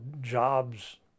jobs